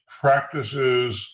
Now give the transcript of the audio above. practices